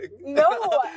No